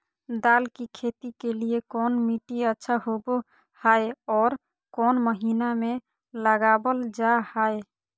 दाल की खेती के लिए कौन मिट्टी अच्छा होबो हाय और कौन महीना में लगाबल जा हाय?